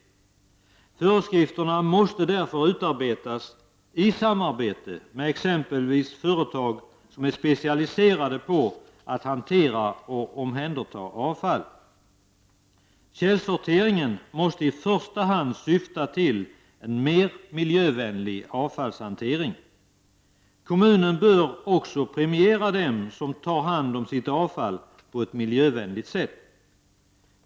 Föreskrifterna måste därför utarbetas i samarbete med exempelvis företag som är specialiserade på att hantera och omhänderta avfall. Källsorteringen måste i första hand syfta till en mer miljövänlig avfallshantering. Kommunen bör också premiera dem som tar hand om sitt avfall på ett miljövänligt sätt.